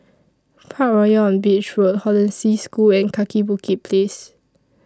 Parkroyal on Beach Road Hollandse School and Kaki Bukit Place